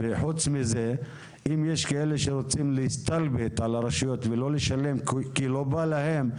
אם יש כאלה שרוצים להסתלבט על הרשויות ולא לשלם כי לא בא להם,